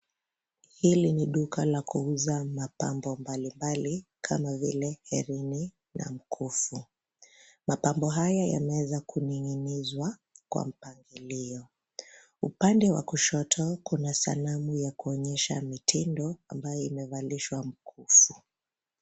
Hili ni duka la kuuza mapambo mbalimbali kama vile hereni na mkufu. Mapambo haya yameweza kuning'inizwa kwa mpangilio. Upande wa kushoto kuna sanamu ya kuonyesha mitindo ambayo imevalishwa mkufu.